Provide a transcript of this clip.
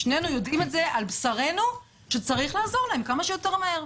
שנינו יודעים על בשרנו שצריך לעזור להם כמה שיותר מהר.